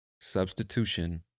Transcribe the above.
substitution